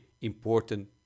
important